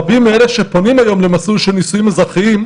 רבים מאלה שפונים היום למסלול של נישואים אזרחיים,